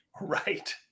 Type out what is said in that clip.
Right